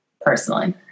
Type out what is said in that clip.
personally